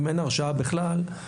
אם אין הרשעה בכלל,